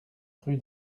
rue